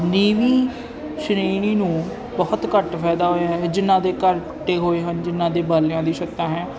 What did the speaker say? ਨੀਵੀਂ ਸ਼੍ਰੇਣੀ ਨੂੰ ਬਹੁਤ ਘੱਟ ਫਾਇਦਾ ਹੋਇਆ ਜਿਹਨਾਂ ਦੇ ਘਰ ਟੁੱਟੇ ਹੋਏ ਹਨ ਜਿਹਨਾਂ ਦੇ ਬਾਲਿਆਂ ਦੀ ਛੱਤਾਂ ਹੈ